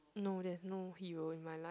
no there's no hero in my life